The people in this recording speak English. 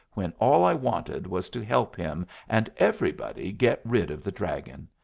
when all i wanted was to help him and everybody get rid of the dragon.